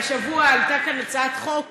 כי השבוע עלתה כאן הצעות חוק